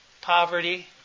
poverty